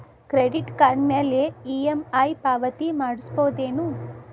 Credit card ಮ್ಯಾಲೆ EMI ಪಾವತಿ ಮಾಡ್ಬಹುದೇನು?